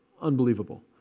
unbelievable